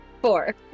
four